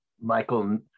Michael